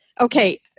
Okay